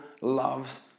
loves